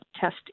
test